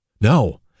No